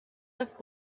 what